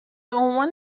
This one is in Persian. عنوان